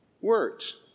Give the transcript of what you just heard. Words